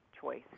choice